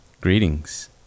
Greetings